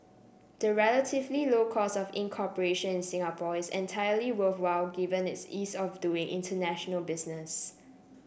the relatively low cost of incorporation in Singapore is entirely worthwhile given its ease of doing international business